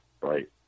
right